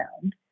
sound